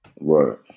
Right